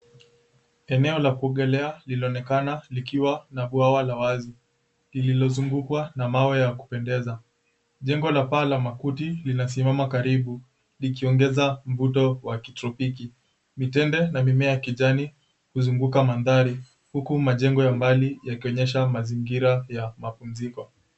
Eneo la kuogelea linaonekana likiwa na bwawa wazi lililozungukwa na mawe ya kupendeza. Jengo la paa la makuti linasimama karibu, likiongeza mvuto wa kitropiki. Mitende na mimea ya kijani kuzunguka mandhari, huku majengo ya mbali yakionyesha mazingira ya mapumziko.